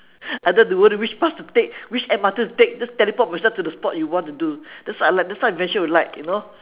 I don't have to worry which bus to take which M_R_T to take just teleport myself to the spot you want to do that's what I like that's actually what I like you know